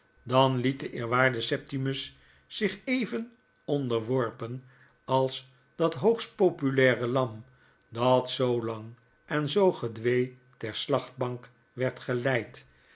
dan liet de eerwaarde septimus zich even onderworpen als dat hoogst populaire lam dat zoo langenzoo gedwee ter slachtbank werd geleid